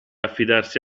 affidarsi